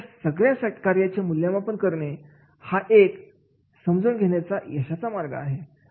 तर या सगळ्यासाठी कार्याचे मूल्यमापन करणे हा एक हे सगळे समजून घेण्याचा यशाचा मार्ग आहे